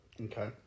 Okay